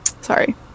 Sorry